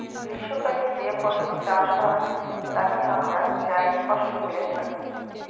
গ্রীষ্মকালে যে ফসল চাষ হয় তাকে আমরা জায়িদ ফসল বলে থাকি